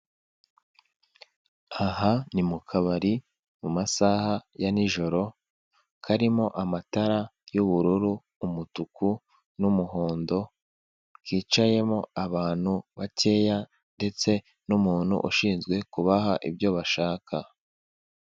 Aha ni mu kabari mu masaha ya nijoro, karimo amatara y'ubururu, umutuku n'umuhondo. Kicayemo abantu bakeya ndetse n'umuntu ushinzwe kubaha ibyo bashaka.